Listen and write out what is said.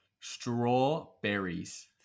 Strawberries